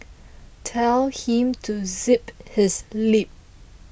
tell him to zip his lip